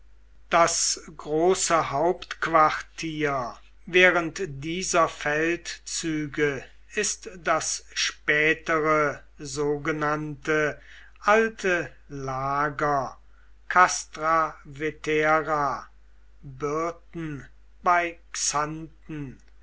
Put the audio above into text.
das große hauptquartier während dieser feldzüge ist das spätere sogenannte alte lager castra vetera birten bei xanten